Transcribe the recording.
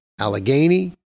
Allegheny